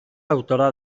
autora